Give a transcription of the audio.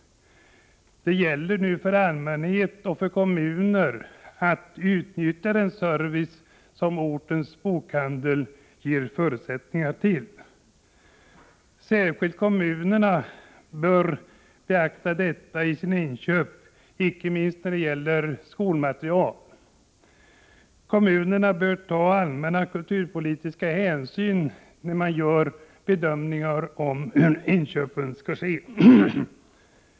Det gäller då för allmänhet och kommuner att utnyttja den service som ortens bokhandel ger möjlighet till. Särskilt kommunerna bör beakta detta vid sina inköp, icke minst när det gäller skolmateriel. Kommunen bör ta allmänna kulturpolitiska hänsyn vid bedömning av hur inköpen skall ske.